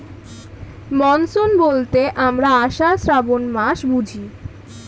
monsoon বলতে আমরা আষাঢ়, শ্রাবন মাস বুঝি